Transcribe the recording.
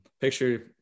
picture